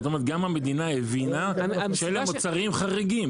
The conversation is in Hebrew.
זאת אומרת, גם המדינה הבינה שאלה מוצרים חריגים.